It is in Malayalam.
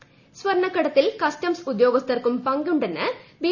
സുരേന്ദ്രൻ സ്വർണക്കടത്തിൽ കസ്റ്റംസ് ഉദ്യോഗസ്ഥർക്കും പങ്കുണ്ടെന്ന് ബി